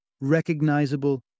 recognizable